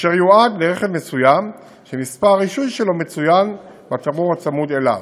ואשר יועד לרכב מסוים שמספר הרישוי שלו מצוין בתמרור הצמוד אליו.